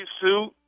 suit